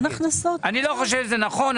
אני לא חושב שזה נכון.